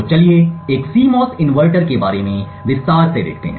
तो चलिए एक CMOS इन्वर्टर के बारे में विस्तार से देखते हैं